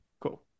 Cool